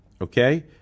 okay